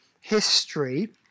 history